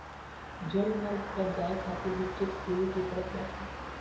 जलमार्ग पअ जाए खातिर भी टेक्स देवे के पड़त बाटे